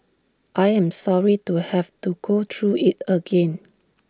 I am sorry to have to go through IT again